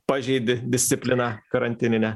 pažeidi discipliną karantininę